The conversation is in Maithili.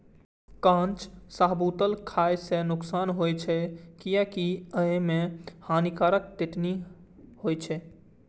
कांच शाहबलूत खाय सं नुकसान होइ छै, कियैकि अय मे हानिकारक टैनिन होइ छै